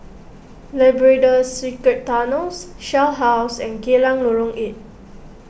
Labrador Secret Tunnels Shell House and Geylang Lorong eight